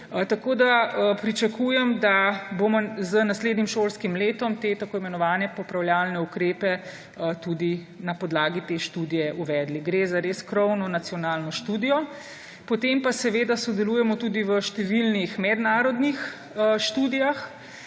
procesa. Pričakujem, da bomo z naslednjim šolskim letom te tako imenovane popravljalne ukrepe tudi na podlagi te študije uvedli. Gre za res krovno nacionalno študijo. Potem pa seveda sodelujemo tudi v številnih mednarodnih študijah.